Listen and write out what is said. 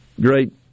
great